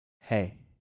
Hey